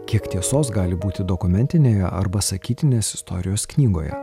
kiek tiesos gali būti dokumentinėje arba sakytinės istorijos knygoje